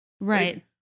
right